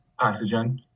pathogen